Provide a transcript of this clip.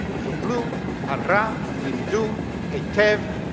chidlu ha'reah, limdu heitev,